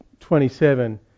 27